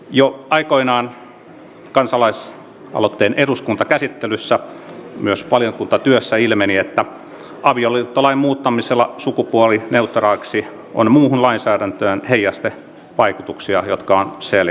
jo aikoinaan kansalaisaloitteen eduskuntakäsittelyssä myös valiokuntatyössä ilmeni että avioliittolain muuttamisella sukupuolineutraaliksi on muuhun lainsäädäntöön heijastevaikutuksia jotka on selvitettävä